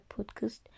podcast